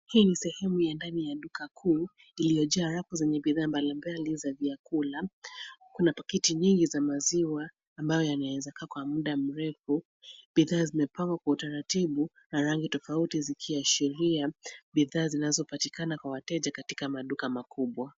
Hii ni sehemu ya ndani ya duka kuu iliyojaa rafu zenye bidhaa mbalimbali za vyakula. Kuna pakiti nyingi za maziwa ambayo yanaweza kaa kwa muda mrefu. Bidhaa zimepangwa kwa utaratibu na rangi tofauti zikiashiria, bithaa zinazopatikana kwa wateja katika maduka makubwa.